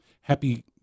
Happy